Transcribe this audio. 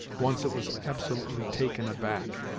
once it was absolutely taken aback.